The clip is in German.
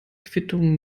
quittung